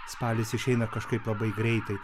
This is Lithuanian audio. spalis išeina kažkaip labai greitai